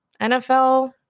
nfl